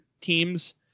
teams